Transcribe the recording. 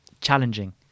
challenging